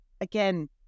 again